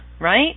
right